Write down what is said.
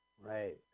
Right